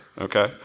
Okay